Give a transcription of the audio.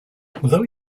although